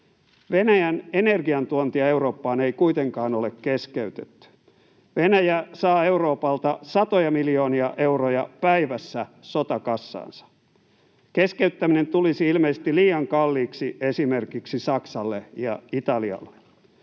Venäjän energiantuontia Eurooppaan ei kuitenkaan ole keskeytetty. Venäjä saa Euroopalta satoja miljoonia euroja päivässä sotakassaansa. Keskeyttäminen tulisi ilmeisesti liian kalliiksi esimerkiksi Saksalle ja Italialle.